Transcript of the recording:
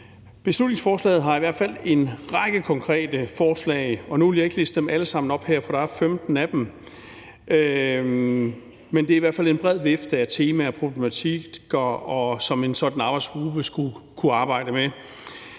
Beslutningsforslaget har i hvert fald en række konkrete forslag. Nu vil jeg ikke liste dem alle sammen op her, for der er 15 af dem, men det er i hvert fald en bred vifte af temaer og problematikker, som en sådan arbejdsgruppe skulle kunne arbejde med.